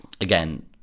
Again